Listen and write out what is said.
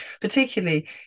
particularly